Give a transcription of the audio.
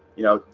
you know,